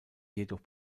jedoch